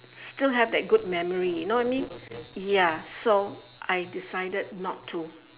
still have that good memory you know what I mean ya so I decided not to